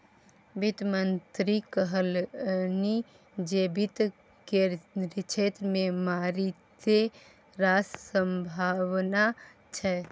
वित्त मंत्री कहलनि जे वित्त केर क्षेत्र मे मारिते रास संभाबना छै